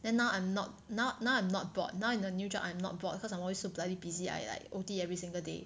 then now I'm not now now I'm not bored now in the new job I'm not bored cause I'm always so bloody busy I like O_T every single day